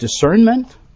discernment